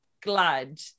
glad